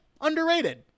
underrated